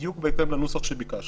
בדיוק בהתאם לנוסח שביקשנו.